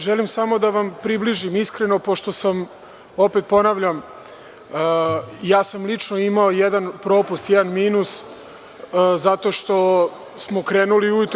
Želim samo da vam približim iskreno pošto sam, opet ponavljam, lično imao jedan propust, jedan minus zato što smo krenuli ujutru.